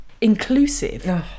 Inclusive